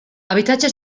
habitatge